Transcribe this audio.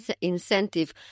incentive